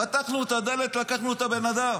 פתחנו את הדלת, לקחנו את הבן אדם.